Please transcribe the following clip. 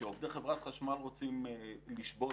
כשעובדים חברת חשמל רוצים לשבות,